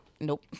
Nope